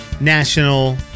National